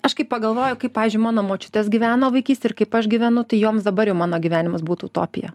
aš kaip pagalvojau kaip pavyzdžiui mano močiutės gyveno vaikystėj ir kaip aš gyvenu tai joms dabar jau mano gyvenimas būtų utopija